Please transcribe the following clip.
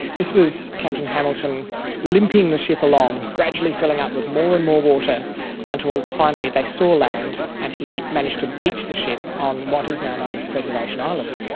this was captain hamilton limping the ship along, gradually filling up with more and more water until finally they saw land and he managed to beach the ship on what is now known as preservation island.